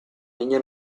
niño